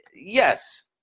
Yes